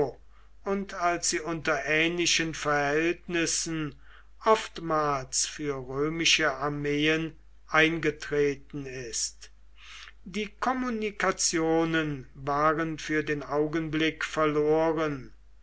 und als sie unter ähnlichen verhältnissen oftmals für römische armeen eingetreten ist die kommunikationen waren für den augenblick verloren